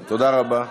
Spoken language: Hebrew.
תודה רבה.